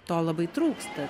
to labai trūksta